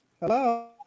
Hello